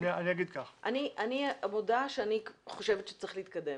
אני מודה שאני חושבת שצריך להתקדם.